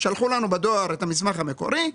שלחו לנו בדואר את המסמך המקורי.